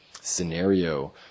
scenario